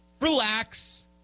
Relax